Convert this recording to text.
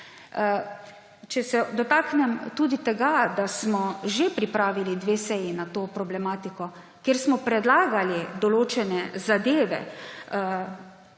Če se dotaknem tudi tega, da smo že pripravili dve seji na to problematiko, kjer smo predlagali določene zadeve,